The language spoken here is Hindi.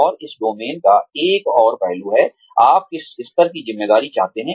और इस डोमेन का एक और पहलू है आप किस स्तर की ज़िम्मेदारी चाहते हैं